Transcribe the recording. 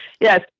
Yes